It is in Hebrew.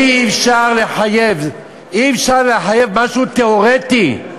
אי-אפשר לחייב משהו תיאורטי.